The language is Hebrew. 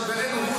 שבינינו,